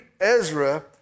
Ezra